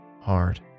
hard